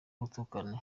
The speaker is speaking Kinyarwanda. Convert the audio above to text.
gutukana